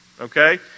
okay